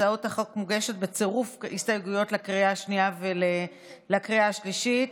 הצעת החוק מוגשת בצירוף הסתייגויות לקריאה השנייה ולקריאה השלישית.